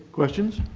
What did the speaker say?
questions?